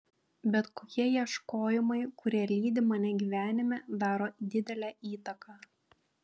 bet kokie ieškojimai kurie lydi mane gyvenime daro didelę įtaką